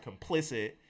complicit